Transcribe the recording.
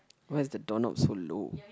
why is the door knob so low